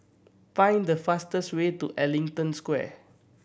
find the fastest way to Ellington Square